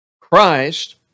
Christ